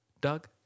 doug